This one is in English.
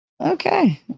Okay